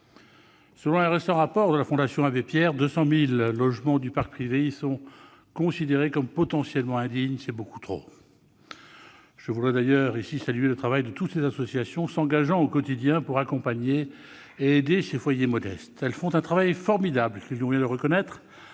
Selon un récent rapport de la Fondation Abbé Pierre, 200 000 logements du parc privé y sont considérés comme potentiellement indignes. C'est beaucoup trop ! Je voudrais d'ailleurs saluer l'action de toutes les associations s'engageant au quotidien pour accompagner et aider ces foyers modestes. Ces associations réalisent un travail formidable, qu'il convient de reconnaître,